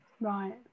right